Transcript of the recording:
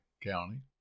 county